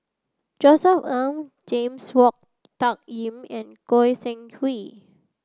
Josef Ng James Wong Tuck Yim and Goi Seng Hui